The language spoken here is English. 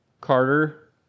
Carter